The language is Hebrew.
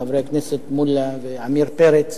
חברי הכנסת מולה ועמיר פרץ,